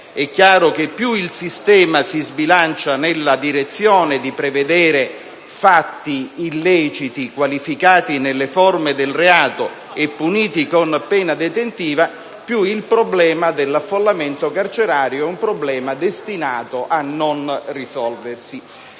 È chiaro che più il sistema si sbilancia nella direzione di prevedere fatti illeciti qualificati nelle forme del reato e puniti con pena detentiva più il problema dell'affollamento carcerario è destinato a non risolversi.